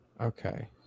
okay